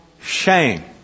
shame